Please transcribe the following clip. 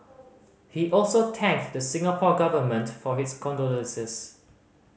he also thanked the Singapore Government for its condolences